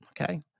okay